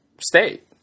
state